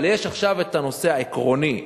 אבל יש עכשיו הנושא העקרוני.